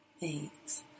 thanks